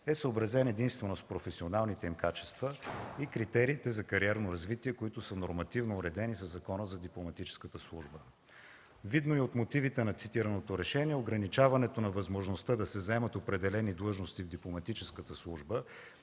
е съобразен единствено с професионалните им качества и критериите за кариерно развитие, които са нормативно уредени със Закона за дипломатическата служба. Видно и от мотивите на цитираното решение, ограничаването на възможността да се заемат определени длъжности в дипломатическата служба